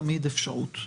תמיד אפשרות.